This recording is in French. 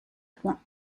point